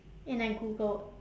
and I googled